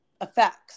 effects